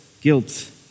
guilt